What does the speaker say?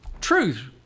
truth